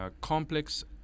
complex